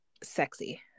Sexy